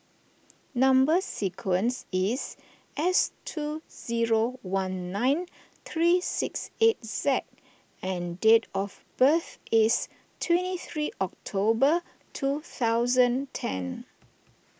Number Sequence is S two zero one nine three six eight Z and date of birth is twenty three October two thousand ten